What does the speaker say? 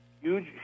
huge